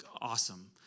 Awesome